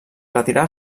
retirar